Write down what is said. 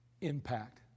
impact